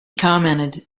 commented